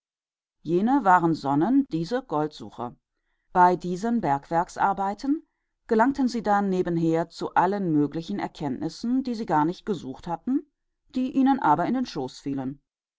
jene waren sonnen diese goldsucher bei diesen bergwerksarbeiten gelangten sie dann nebenher zu allen möglichen erkenntnissen die sie nicht gesucht hatten die ihnen in den schoß fielen